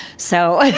so